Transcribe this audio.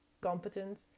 competent